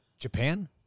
Japan